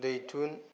दैथुन